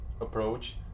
approach